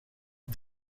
het